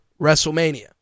Wrestlemania